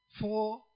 four